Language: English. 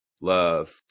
love